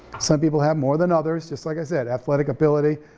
some people have more than others, just like i said. athletic ability,